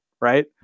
Right